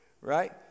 right